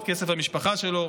את כסף המשפחה שלו,